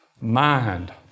mind